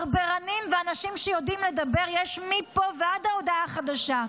ברברנים ואנשים שיודעים לדבר מפה ועד להודעה חדשה.